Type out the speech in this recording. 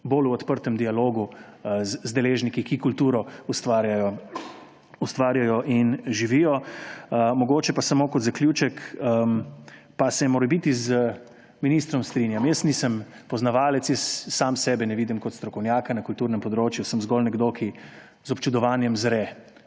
bolj v odprtem dialogu z deležniki, ki kulturo ustvarjajo in živijo. Mogoče pa samo kot zaključek, pa se morebiti z ministrom strnjam. Jaz nisem poznavalec, jaz sam sebe ne vidim kot strokovnjaka na kulturnem področju, sem zgolj nekdo, ki z občudovanjem zre